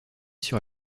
sur